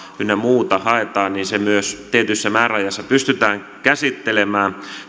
ynnä muuta haetaan niin se myös tietyssä määräajassa pystytään käsittelemään